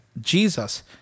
Jesus